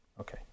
Okay